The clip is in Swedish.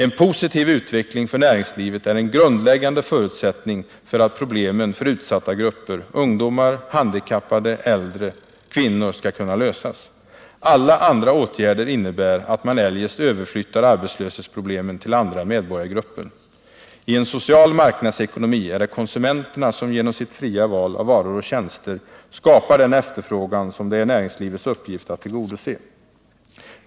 En positiv utveckling för näringslivet är en grundläggande förutsättning för att problemen för utsatta grupper — ungdomar, handikappade, äldre, kvinnor — skall kunna lösas. Alla andra åtgärder innebär att man eljest överflyttar arbetslöshetproblemen till andra medborgargrupper. I en social marknadsekonomi är det konsumenterna som genom sitt fria val av varor och tjänster skapar den efterfrågan som det är näringslivets uppgift att tillgodose.